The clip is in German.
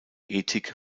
ethik